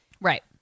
Right